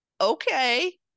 Okay